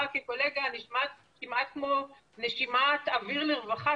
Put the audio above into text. כקולגה נשמעת כמעט כמו נשימת אוויר לרווחה,